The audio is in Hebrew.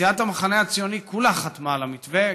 סיעת המחנה הציוני כולה חתמה על המתווה,